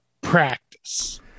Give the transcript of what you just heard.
practice